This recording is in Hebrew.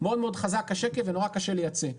מאוד מאוד חזק השקל ונורא קשה לייצא.